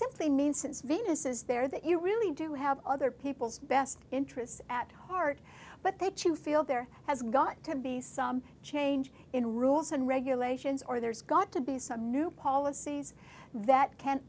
simply means since venus is there that you really do have other people's best interests at heart but they choose feel there has got to be some change in rules and regulations or there's got to be some new policies that can